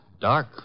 Dark